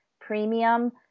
premium